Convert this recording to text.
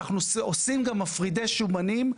אנחנו עושים גם מפרידי שומנים.